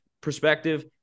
perspective